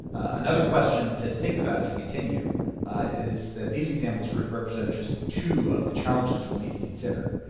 another question to think about as we continue is that these examples represent just two of the challenges we'll need to consider.